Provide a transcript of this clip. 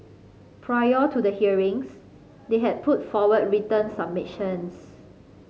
prior to the hearings they had put forward written submissions